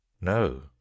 no